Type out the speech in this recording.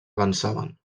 avançaven